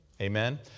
amen